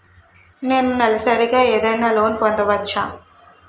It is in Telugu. నేను నెలసరిగా ఏదైనా లోన్ పొందవచ్చా?